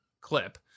clip